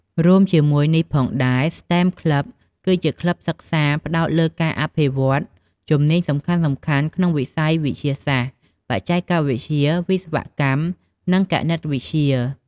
រួមជាមួយនេះផងដែរ STEM Club គឺជាក្លឹបសិក្សាដែលផ្តោតលើការអភិវឌ្ឍជំនាញសំខាន់ៗក្នុងវិស័យវិទ្យាសាស្ត្រ បច្ចេកវិទ្យា វិស្វកម្ម និងគណិតវិទ្យា ។